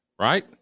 Right